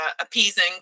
appeasing